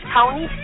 Tony